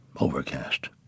Overcast